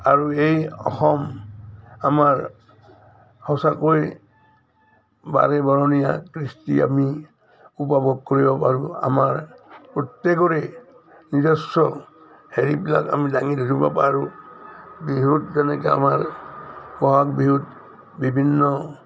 আৰু এই অসম আমাৰ সঁচাকৈ বাৰেবৰণীয়া কৃষ্টি আমি উপভোগ কৰিব পাৰোঁ আমাৰ প্ৰত্যেকৰে নিজস্ব হেৰিবিলাক আমি দাঙি ধৰিব পাৰোঁ বিহুত যেনেকৈ আমাৰ বহাগ বিহুত বিভিন্ন